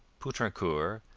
poutrincourt,